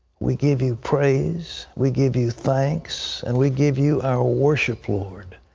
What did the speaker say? we give you praise, we give you thanks, and we give you our worship lord.